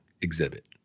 exhibit